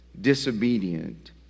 disobedient